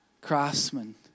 craftsman